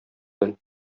бел